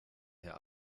herr